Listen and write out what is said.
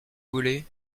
voulez